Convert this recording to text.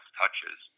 touches